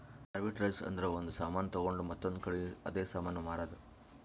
arbitrage ಅಂದುರ್ ಒಂದ್ ಸಾಮಾನ್ ತೊಂಡು ಮತ್ತೊಂದ್ ಕಡಿ ಅದೇ ಸಾಮಾನ್ ಮಾರಾದ್